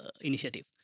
initiative